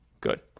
Good